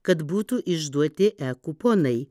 kad būtų išduoti e kuponai